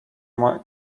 moje